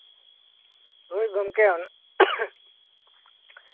ᱦᱳᱭ ᱜᱚᱝᱠᱮ